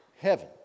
heaven